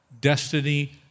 destiny